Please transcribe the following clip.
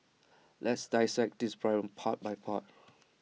let's dissect this problem part by part